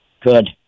Good